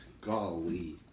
Golly